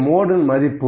முகடு மதிப்பு 15